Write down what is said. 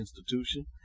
institution